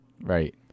Right